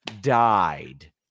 died